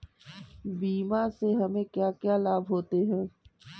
बीमा से हमे क्या क्या लाभ होते हैं?